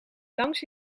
langs